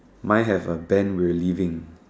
mine have a band will leaving